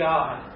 God